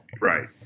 Right